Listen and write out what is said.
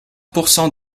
pourcent